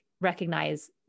recognize